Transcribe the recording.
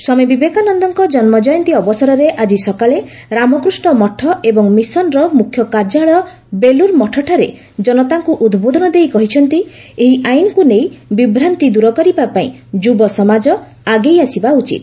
ସ୍ୱାମୀ ବିବେକାନନ୍ଦଙ୍କ ଜନ୍ମଜୟନ୍ତୀ ଅବସରରେ ଆଜି ସକାଳେ ରାମକୃଷ୍ଣ ମଠ ଏବଂ ମିଶନର ମୁଖ୍ୟ କାର୍ଯ୍ୟାଳୟ ବେଲୁର୍ ମଠଠାରେ ଜନତାଙ୍କୁ ଉଦ୍ବୋଧନ ଦେଇ କହିଛନ୍ତି ଏହି ଆଇନକୁ ନେଇ ବିଭ୍ରାନ୍ତି ଦୂର କରିବା ପାଇଁ ଯୁବସମାଜ ଆଗେଇ ଆସିବା ଉଚିତ